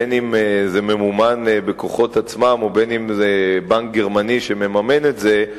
בין אם זה ממומן בכוחות עצמם ובין אם בנק גרמני מממן את זה,